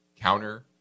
counter